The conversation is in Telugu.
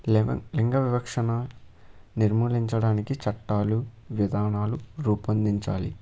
లెవెన్ లింగ వివక్షణ నిర్మూలించడానికి చట్టాలు విధానాలు రూపొందించాలి